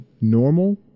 normal